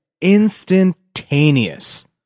instantaneous